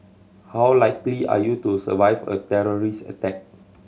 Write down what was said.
how likely are you to survive a terrorist attack